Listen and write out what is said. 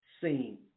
seen